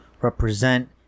represent